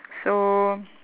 so